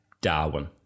Darwin